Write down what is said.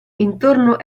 intorno